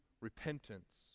repentance